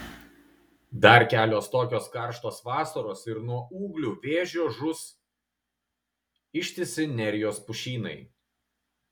dar kelios tokios karštos vasaros ir nuo ūglių vėžio žus ištisi nerijos pušynai